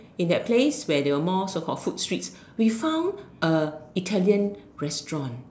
in that place where there were more so called food streets we found a Italian restaurant